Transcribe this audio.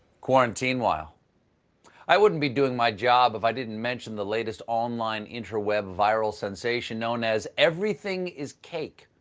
quarantine-while i wouldn't be doing my job if i didn't mention the latest online interweb viral sensation known as everything is cake.